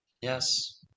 Yes